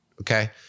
Okay